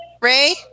Ray